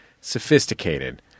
sophisticated